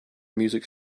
music